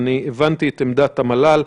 אני הבנתי את עמדת המל"ל.